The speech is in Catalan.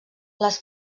les